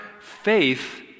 faith